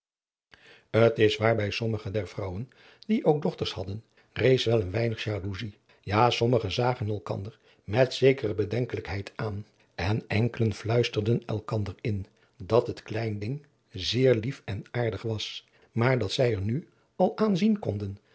t is waar bij sommige der vrouwen die ook dochters hadden rees wel een weinig jaloezij ja sommige zagen elkander met zekere bedenkelijkheid aan en enkelde fluisterden elkanderen in dat het klein ding zeer lief en aardig was maar dat zij er nu al aan zien konden